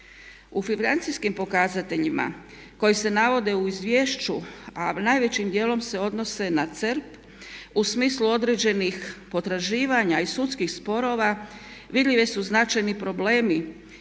U financijskim pokazateljima koji se navode u izvješću a najvećim dijelom se odnose na CERP u smislu određenih potraživanja i sudskih sporova vidljivi su značajni problemi